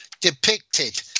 depicted